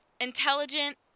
intelligent